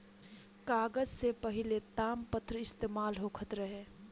कागज से पहिले तामपत्र इस्तेमाल होखत रहे